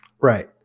Right